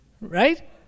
Right